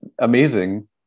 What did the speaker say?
amazing